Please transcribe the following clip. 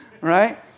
Right